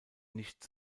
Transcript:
nicht